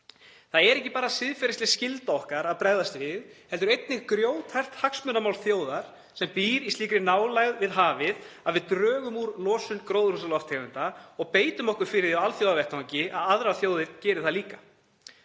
Það er ekki bara siðferðisleg skylda okkar að bregðast við heldur er einnig grjóthart hagsmunamál þjóðar sem býr í slíkri nálægð við hafið að við drögum úr losun gróðurhúsalofttegunda og beitum okkur fyrir því á alþjóðavettvangi að aðrar þjóðir geri það líka.